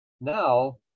now